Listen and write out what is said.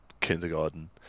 kindergarten